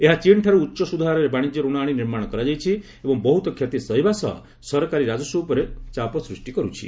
ଏହା ଚୀନଠାରୁ ଉଚ୍ଚ ସୁଧ୍ରହାରରେ ବାଶିଜ୍ୟ ରଣ ଆଣି ନିର୍ମାଣ କରାଯାଇଛି ଏବଂ ବହୁତ କ୍ଷତି ସହିବା ସହ ସରକାରୀ ରାଜସ୍ୱ ଉପରେ ଚାପ ସ୍ଚଷ୍ଟି କରୁଛି